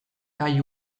kai